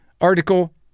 article